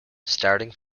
starting